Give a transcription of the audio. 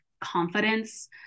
confidence